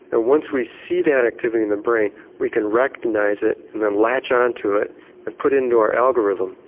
and once we see that activity in the brain we can recognise it and then latch on to it and put it into our algorithm.